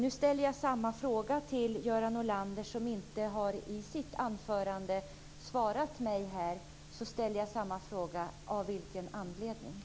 Nu ställer jag samma fråga till Göran Norlander, som i sitt anförande inte har svarat mig, av vilken anledning man inte ville gå med på detta.